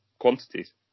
quantities